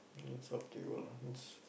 it's up to you lah it's